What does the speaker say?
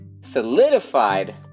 solidified